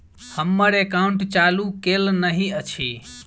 हम्मर एकाउंट चालू केल नहि अछि?